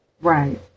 Right